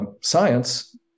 science